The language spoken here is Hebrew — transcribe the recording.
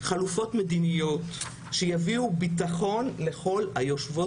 חלופות מדיניות שיביאו ביטחון לכל היושבות